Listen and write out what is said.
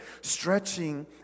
stretching